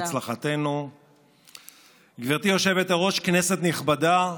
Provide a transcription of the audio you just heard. עניין של ציונות, של ימין,